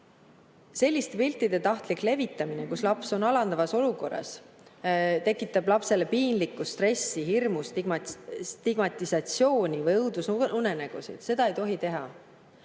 Selliste piltide tahtlik levitamine, kus laps on alandavas olukorras, tekitab lapsele piinlikkust, stressi, hirmu, stigmatsiooni või õudusunenägusid – seda ei tohi teha.